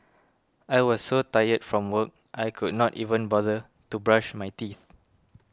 I was so tired from work I could not even bother to brush my teeth